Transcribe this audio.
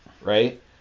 right